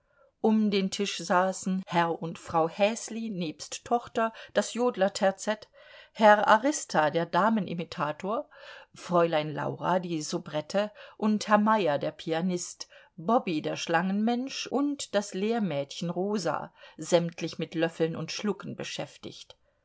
um den tisch saßen herr und frau häsli nebst tochter das jodlerterzett herr arista der damenimitator fräulein laura die soubrette und herr meyer der pianist bobby der schlangenmensch und das lehrmädchen rosa sämtlich mit löffeln und schlucken beschäftigt